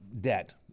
debt